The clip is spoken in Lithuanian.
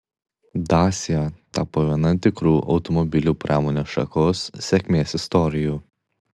dacia tapo viena tikrų automobilių pramonės šakos sėkmės istorijų